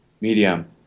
medium